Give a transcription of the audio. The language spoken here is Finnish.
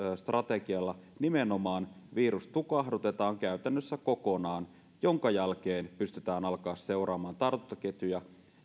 strategialla virus nimenomaan tukahdutetaan käytännössä kokonaan jonka jälkeen pystytään seuraamaan tartuntaketjuja